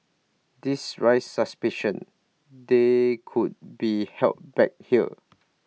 this raised suspicion they could be help back here